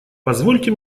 позвольте